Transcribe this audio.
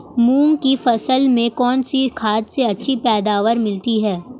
मूंग की फसल में कौनसी खाद से अच्छी पैदावार मिलती है?